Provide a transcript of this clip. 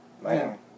Man